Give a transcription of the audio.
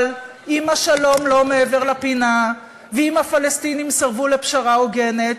אבל אם השלום אינו מעבר לפינה ואם הפלסטינים סירבו לפשרה הוגנת,